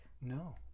No